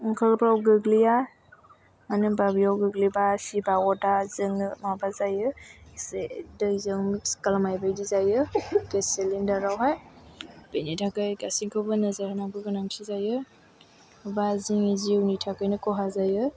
ओंखारग्रायाव गोग्लैया मानो होनब्ला बेयाव गोग्लैबा सिददावोबा जोङो माबा जायो एसे दैजों मिक्स खालामनाय बायदि जायो गेस सिलिन्दारावहाय बिनि थाखाय गासैखौबो नोजोर होनांगौ गोनांथि जायो बा जोंनि जिउनि थाखायनो खहा जायो